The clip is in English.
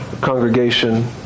congregation